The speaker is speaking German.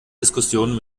diskussionen